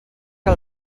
que